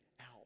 out